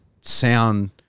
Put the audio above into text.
sound